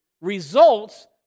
results